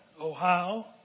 Ohio